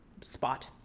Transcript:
spot